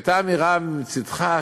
הייתה אמירה מצדך,